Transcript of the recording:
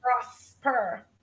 prosper